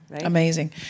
Amazing